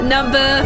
Number